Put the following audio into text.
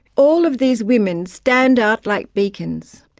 all of these women stand out like beacons.